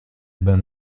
ben